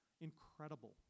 incredible